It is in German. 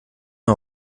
mir